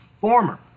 former